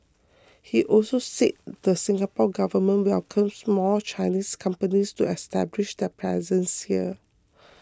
he also said the Singapore Government welcomes more Chinese companies to establish their presence here